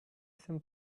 some